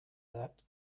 that